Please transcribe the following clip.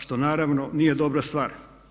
Što naravno nije dobra stvar.